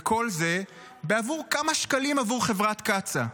וכל זה בעבור כמה שקלים עבור חברת קצא"א.